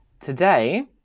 Today